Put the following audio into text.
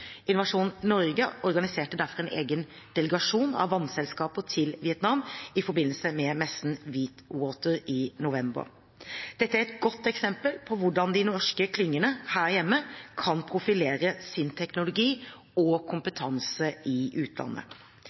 Innovasjon Norge organiserte derfor en egen delegasjon av vannselskaper til Vietnam i forbindelse med messen Vietwater i november. Dette er et godt eksempel på hvordan de norske klyngene her hjemme kan profilere sin teknologi og kompetanse i utlandet.